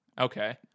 Okay